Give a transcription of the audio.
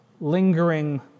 lingering